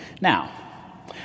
Now